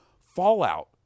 Fallout